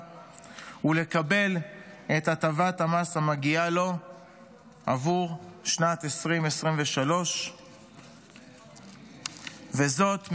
ולקבל את הטבת המס המגיעה לו עבור שנת 2023. זאת,